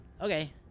Okay